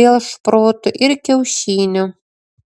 vėl šprotų ir kiaušinių